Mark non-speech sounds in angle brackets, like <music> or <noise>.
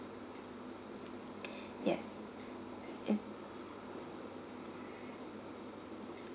<breath> yes it's